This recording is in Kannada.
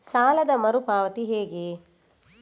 ಸಾಲದ ಮರು ಪಾವತಿ ಹೇಗೆ?